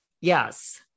yes